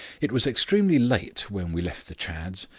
it was extremely late when we left the chadds,